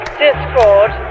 discord